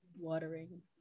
watering